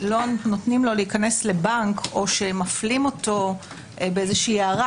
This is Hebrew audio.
לא נותנים לו להיכנס לבנק או שמפלים אותו באיזה הערה